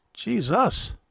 Jesus